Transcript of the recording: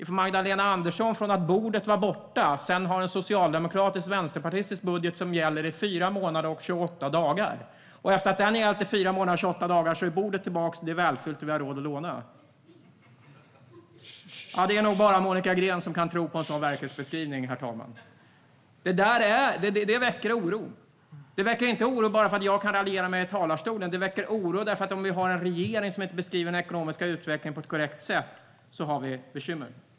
Från att bordet var borta har vi efter fyra månader och 28 dagar med en socialdemokratisk-vänsterpartistisk budget fått bordet tillbaka. Nu är det välfyllt, och vi har råd att låna. : Precis!) Det är nog bara Monica Green som kan tro på en sådan verklighetsbeskrivning, herr talman. Det väcker oro, inte bara för att jag kan raljera över det i talarstolen. Det väcker oro därför att vi har ett bekymmer om vi inte har en regering som beskriver den ekonomiska utvecklingen på ett korrekt sätt.